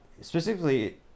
specifically